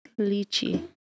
Lychee